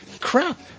Crap